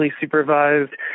supervised